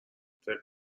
فکر